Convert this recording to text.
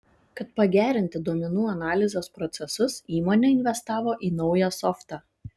kad pagerinti duomenų analizės procesus įmonė investavo į naują softą